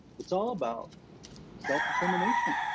it's all about self-determination.